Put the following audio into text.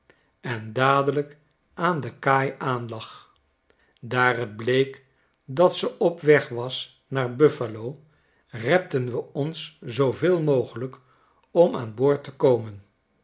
en dadelijk aan de kaai aanlag daar t bleek dat ze op weg was naar buffalo repten we ons zooveel mogelijk om aan boord te komen